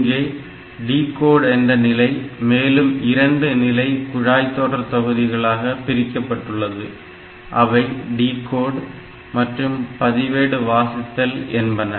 இங்கே டிகோட் என்ற நிலை மேலும் 2 நிலை குழாய்தொடர்தொகுதிகளாக பிரிக்கப்பட்டுள்ளது அவை டிகோட் மற்றும் பதிவேடு வாசித்தல் என்பன